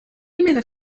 لماذا